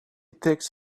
takes